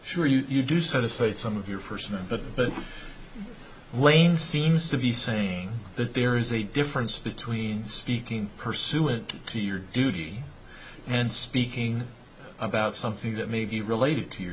sure you do set aside some of your first name but but wayne seems to be saying that there's a difference between speaking pursuant to your duty and speaking about something that may be related to your